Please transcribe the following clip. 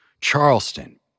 Charleston